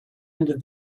into